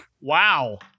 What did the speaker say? Wow